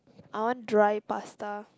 I want dry pasta